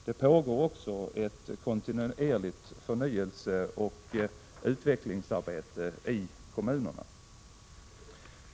Det pågår också ett kontinuerligt förnyelseoch utvecklingsarbete i kommunerna.